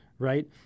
Right